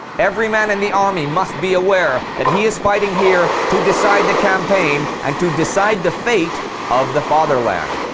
every man in the army must be aware that he is fighting here to decide the campaign, and to decide the fate of the fatherland.